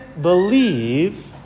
believe